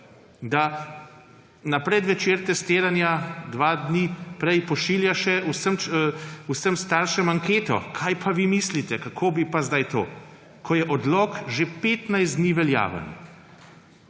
da na predvečer testiranja, dva dni prej pošilja še vsem staršem anketo – Kaj pa vi mislite, kako bi pa zdaj to? Ko je odlok že 15 dni veljaven.